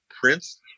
Prince